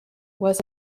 was